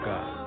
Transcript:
God